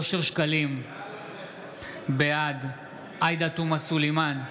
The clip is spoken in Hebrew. אושר שקלים, בעד עאידה תומא סלימאן,